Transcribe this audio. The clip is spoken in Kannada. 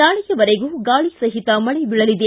ನಾಳೆಯವರೆಗೂ ಗಾಳಿ ಸಹಿತ ಮಳೆ ಬೀಳಲಿದೆ